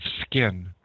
skin